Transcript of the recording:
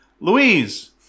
Louise